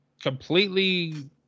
completely